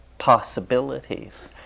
possibilities